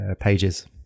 pages